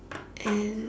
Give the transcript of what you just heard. and